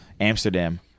Amsterdam